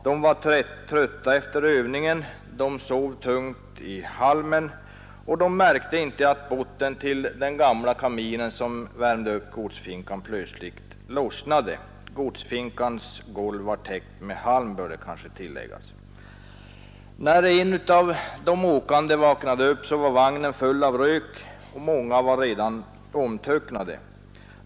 De var trötta efter övningen och sov tungt i halmen. Ingen märkte att botten till den gamla kamin som värmde upp godsfinkan plötsligt lossnade. Det bör kanske tilläggas att godsfinkans golv var täckt med halm. När en av de åkande vaknade upp var vagnen full av rök och många redan omtöcknade.